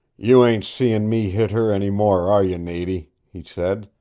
you ain't seein' me hit her any more, are you, nady? he said,